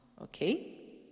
Okay